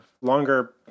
longer